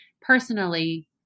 personally